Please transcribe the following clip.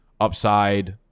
upside